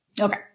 Okay